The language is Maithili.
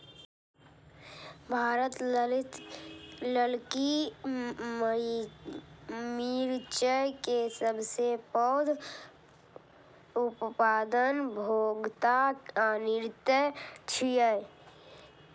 भारत ललकी मिरचाय के सबसं पैघ उत्पादक, उपभोक्ता आ निर्यातक छियै